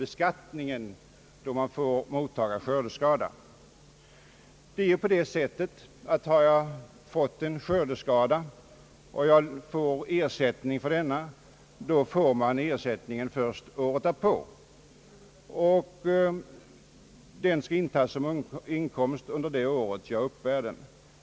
Ersättningen för skördeskada utbetalas först året efter det att skadan har inträffat och skall tas upp som inkomst för det år då utbetalning har ägt rum.